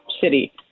city